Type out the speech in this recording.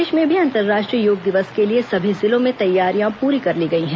प्रदेश में भी अंतर्राष्ट्रीय योग दिवस के लिए सभी जिलों में तैयारियां पूरी कर गई हैं